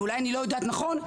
ואולי אני לא יודעת נכון,